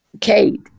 Kate